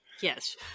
Yes